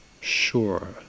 sure